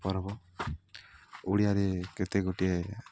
ପର୍ବ ଓଡ଼ିଆରେ କେତେ ଗୋଟିଏ